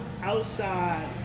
Outside